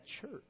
church